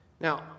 Now